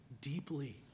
deeply